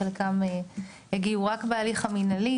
חלקם הגיעו רק בהליך המנהלי,